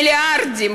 מיליארדים,